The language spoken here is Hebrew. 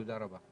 תודה רבה.